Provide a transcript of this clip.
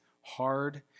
hard